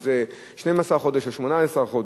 אם זה 12 חודש או 18 חודש,